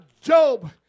Job